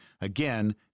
Again